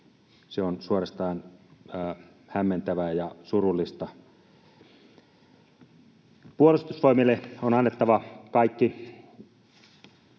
Se on suorastaan hämmentävää ja surullista. Puolustusvoimille on annettava kaikki